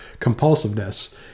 compulsiveness